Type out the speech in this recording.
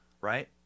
right